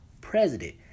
president